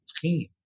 team